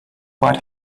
quite